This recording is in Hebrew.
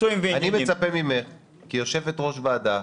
אני מצפה ממך, כיושבת ראש ועדה,